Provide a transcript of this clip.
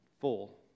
full